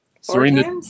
Serena